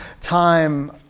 time